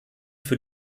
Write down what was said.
für